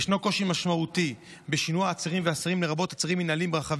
אני מזמין את השר מיכאל מלכיאלי,